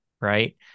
right